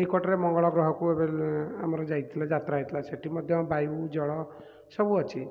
ନିକଟରେ ମଙ୍ଗଳ ଗ୍ରହକୁ ଏବେ ଆମର ଯାଇଥିଲେ ଯାତ୍ରା ହେଇଥିଲା ସେଠି ମଧ୍ୟ ବାୟୁ ଜଳ ସବୁ ଅଛି